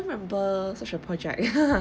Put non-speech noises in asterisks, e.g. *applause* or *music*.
remember such a project *laughs*